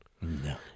No